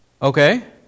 Okay